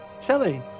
Shelly